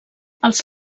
els